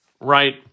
right